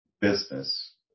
business